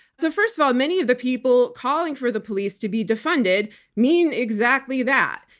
so, first of all, many of the people calling for the police to be defunded mean exactly that.